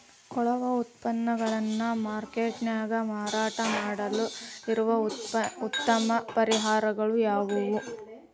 ಕೊಳೆವ ಉತ್ಪನ್ನಗಳನ್ನ ಮಾರ್ಕೇಟ್ ನ್ಯಾಗ ಮಾರಾಟ ಮಾಡಲು ಇರುವ ಉತ್ತಮ ಪರಿಹಾರಗಳು ಯಾವವು?